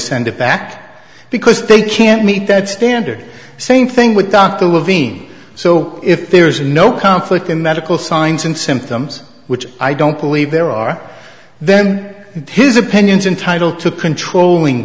send it back because they can't meet that standard same thing with dr levine so if there is no conflict in medical signs and symptoms which i don't believe there are then his opinions entitle to controlling